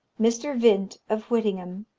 mr. vint, of whittingham,